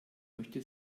möchte